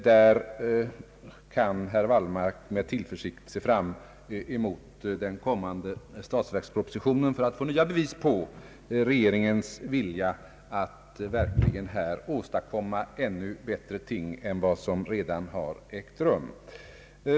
Herr Wallmark kan med tillförsikt se fram mot den kommande statsverkspropositionen för att få nya bevis på regeringens vilja att här verkligen åstadkomma ännu bättre förhållanden än hittills.